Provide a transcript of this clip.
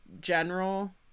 general